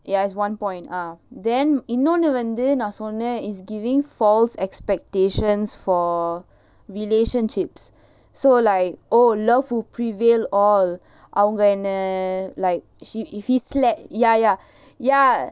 ya it's one point ah then இன்னொன்னு வந்து நா சொன்னேன்:innonnu vanthu naa sonnaen it's giving false expectations for relationships so like oh love will prevail all அவங்க என்ன:avanga enna like she if he slept ya ya ya